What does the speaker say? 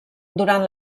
durant